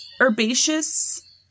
herbaceous